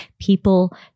people